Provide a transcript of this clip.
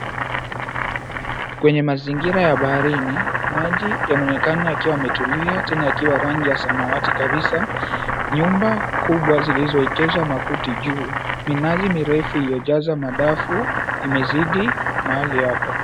Kwenye mazingira ya baharini, maji yanaonekana yakiwa yametulia tena yakiwa ya rangi ya samawati kabisa. Nyumba kubwa zilizoekezwa makuti juu, minazi mirefu iliyojaza madafu imezidi mahali hapa.